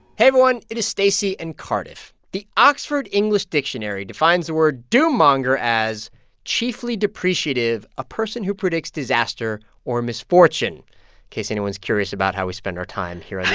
hey, everyone. it is stacey and cardiff. the oxford english dictionary defines the word doom-monger as chiefly depreciative, a person who predicts disaster or misfortune, in case anyone's curious about how we spend our time here at the